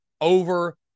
over